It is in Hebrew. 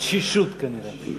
תשישות, כנראה.